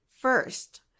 First